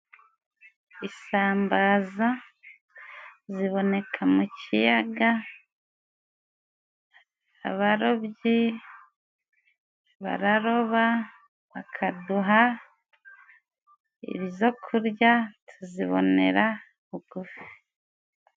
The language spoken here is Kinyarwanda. Isambaza ziboneka mu kiyaga. Abarobyi bararoba bakaduha izokurya, tuzibonera bugufi.